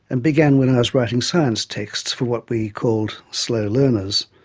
and began when i was writing science texts for what we called slow learners,